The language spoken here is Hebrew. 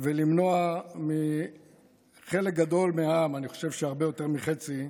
ולמנוע מחלק גדול מהעם, אני חושב שהרבה יותר מחצי,